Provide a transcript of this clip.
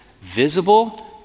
visible